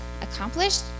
accomplished